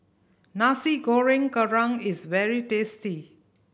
Nasi Goreng Kerang is very tasty